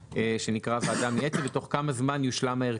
שנקרא הוועדה המייעצת ותוך כמה זמן יושלם ההרכב.